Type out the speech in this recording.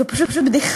זו פשוט בדיחה.